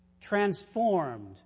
transformed